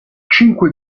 cinque